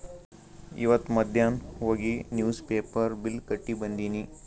ಇವತ್ ಮಧ್ಯಾನ್ ಹೋಗಿ ನಿವ್ಸ್ ಪೇಪರ್ ಬಿಲ್ ಕಟ್ಟಿ ಬಂದಿನಿ